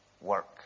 work